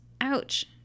ouch